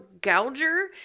gouger